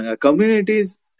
communities